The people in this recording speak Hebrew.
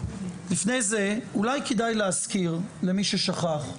לפני זה אולי כדאי להזכיר למי ששכח,